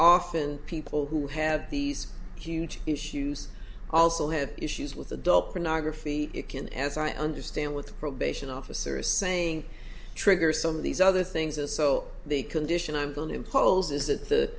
often people who have these huge issues also have issues with adult pornography it can as i understand with the probation officer is saying trigger some of these other things as so the condition i'm going to impose is